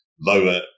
lower